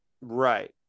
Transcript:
right